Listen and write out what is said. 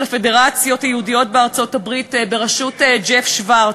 הפדרציות היהודיות בארצות-הברית בראשות ג'ף שוורץ,